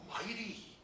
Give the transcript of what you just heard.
Almighty